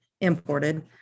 imported